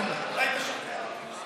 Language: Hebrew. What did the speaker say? אולי תשכנע אותי.